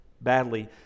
badly